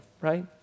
right